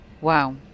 Wow